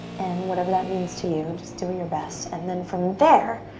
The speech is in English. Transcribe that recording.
and whatever that means to you, just doing your best. and then from there,